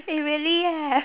eh really eh